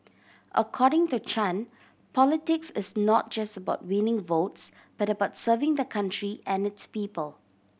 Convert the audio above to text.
according to Chan politics is not just about winning votes but about serving the country and its people